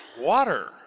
Water